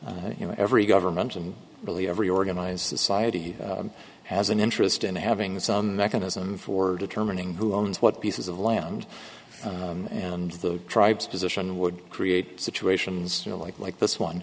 you know every government and really every organized society has an interest in having some mechanism for determining who owns what pieces of land and the tribes position would create situations like like this one